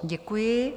Děkuji.